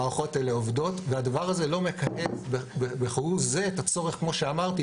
המערכות האלה עובדות והדבר הזה לא --- בכהוא זה את הצורך כמו שאמרתי,